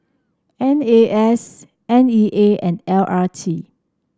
N A S N E A and L R T